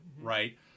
right